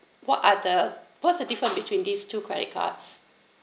what are the what's the difference between these two credit cards